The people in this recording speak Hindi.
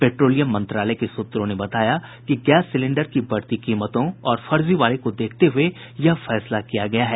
पेट्रोलियम मंत्रालय के सूत्रों ने बताया कि गैस सिलेंडर की बढ़ती कीमतों और फर्जीवाड़े को देखते हुये फैसला किया गया है